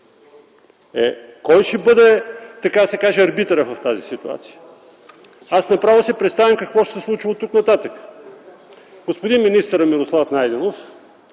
Кой ще бъде, така да се каже, арбитърът в тази ситуация?! Аз направо си представям какво ще се случи оттук нататък. Господин министърът Мирослав Найденов